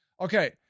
Okay